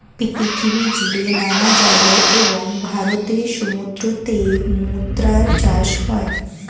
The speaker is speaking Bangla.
পৃথিবীজুড়ে নানা জায়গায় এবং ভারতের সমুদ্রতটে মুক্তার চাষ হয়